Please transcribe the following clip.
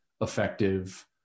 effective